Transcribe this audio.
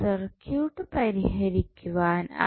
circuit പരിഹരിക്കുവാൻ ആയി